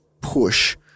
push